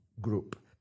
Group